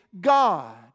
God